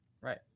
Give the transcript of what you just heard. Right